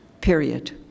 period